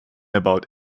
about